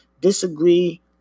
Disagree